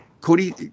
Cody